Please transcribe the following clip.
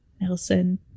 Nelson